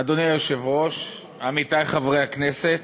אדוני היושב-ראש, עמיתי חברי הכנסת,